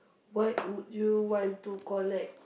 what would you want to collect